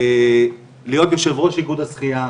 להיות יו"ר איגוד השחייה,